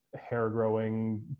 hair-growing